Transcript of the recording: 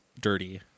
dirty